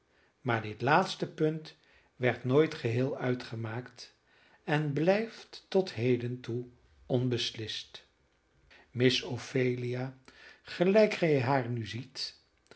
maar dit laatste punt werd nooit geheel uitgemaakt en blijft tot heden toe onbeslist miss ophelia gelijk gij haar nu ziet